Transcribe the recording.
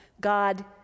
God